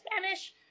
spanish